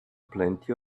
plenty